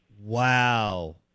Wow